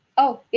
oh, yeah.